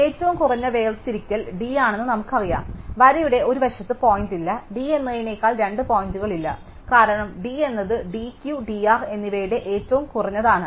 ഏറ്റവും കുറഞ്ഞ വേർതിരിക്കൽ d ആണെന്ന് നമുക്കറിയാം വരയുടെ ഒരു വശത്ത് പോയിന്റില്ല d എന്നതിനേക്കാൾ രണ്ട് പോയിന്റുകളില്ല കാരണം d എന്നത് d Q d R എന്നിവയുടെ ഏറ്റവും കുറഞ്ഞതാണ്